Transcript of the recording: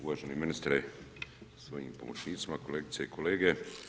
Uvaženi ministre sa svojim pomoćnicima, kolegice i kolege.